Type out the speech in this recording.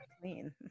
Clean